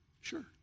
sure